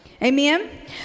Amen